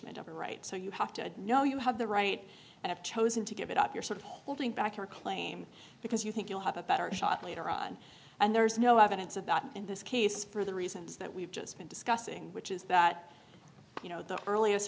a right so you have to add no you have the right and have chosen to give it up you're sort of holding back your claim because you think you'll have a better shot later on and there's no evidence of that in this case for the reasons that we've just been discussing which is that you know the earl